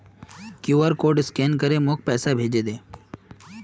QR code scan करे मोक पैसा भेजे दे